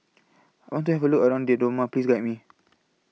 I want to Have A Look around Dodoma Please Guide Me